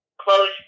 close